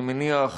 אני מניח,